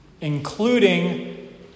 including